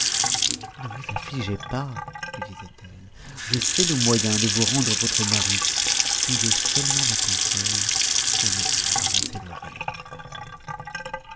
ne vous affligez pas lui disait-elle je sais le moyen de vous rendre votre mari suivez seulement mes conseils et ne vous embarrassez de rien